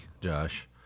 Josh